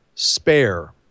Spare